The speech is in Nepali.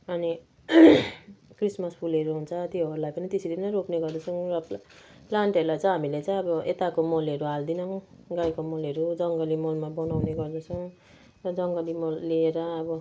अनि क्रिसमस फुलहरू हुन्छ त्योहरूलाई पनि त्यसरी नै रोप्ने गर्दछौँ अब प्ला प्लान्टहरूलाई चाहिँ हामीले चाहिँ अब यताको मलहरू हाल्दैनौँ गाईको मलहरू जङ्गली मलमा बनाउने गर्दछौँ र जङ्गली मल लिएर अब